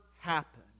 happen